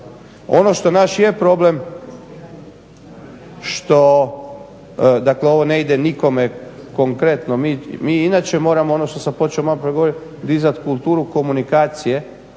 Ono što naš je problem što dakle ovo ne ide nikome konkretno. Mi inače moramo, ono što sam počeo maloprije govoriti dizati kulturu komunikacije